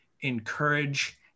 encourage